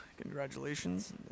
congratulations